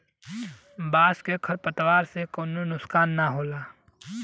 बांस के खर पतवार से कउनो नुकसान ना होला